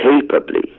capably